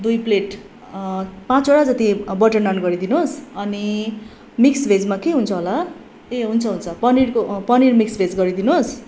दुई प्लेट पाँचवटा जति बटर नान गरिदिनु होस् अनि मिक्स भेजमा के हुन्छ होला ए हुन्छ हुन्छ पनिरको पनिर मिक्स भेज गरिदिनु होस्